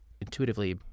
intuitively